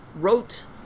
wrote